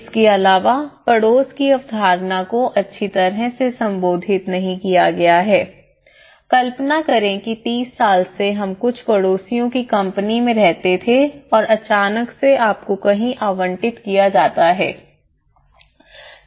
इसके अलावा पड़ोस की अवधारणा को अच्छी तरह से संबोधित नहीं किया गया है कल्पना करें कि 30 साल से हम कुछ पड़ोसियों की कंपनी में रहते थे और अचानक से आपको कहीं आवंटित किया जाता है